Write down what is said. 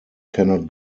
cannot